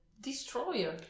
destroyer